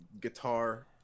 Guitar